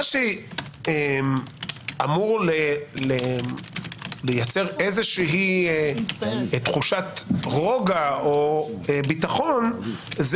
מה שאמור לייצר תחושת רוגע או ביטחון זה